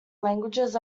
languages